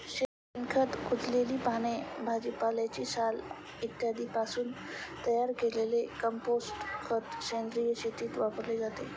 शेणखत, कुजलेली पाने, भाजीपाल्याची साल इत्यादींपासून तयार केलेले कंपोस्ट खत सेंद्रिय शेतीत वापरले जाते